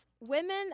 women